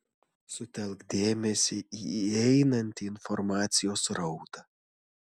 sutelk dėmesį į įeinantį informacijos srautą